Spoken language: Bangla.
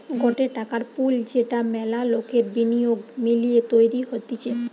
গটে টাকার পুল যেটা মেলা লোকের বিনিয়োগ মিলিয়ে তৈরী হতিছে